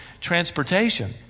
transportation